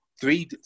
three